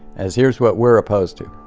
as, here's what we're opposed to.